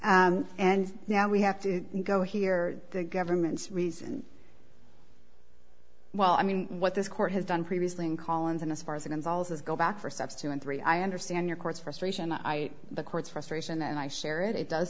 case and now we have to go here the government's reason well i mean what this court has done previously in collins and as far as it involves is go back for steps two and three i understand your court's frustration i the court's frustration and i share it it does